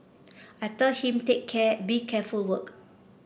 I tell him take care be careful work